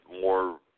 more